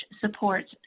supports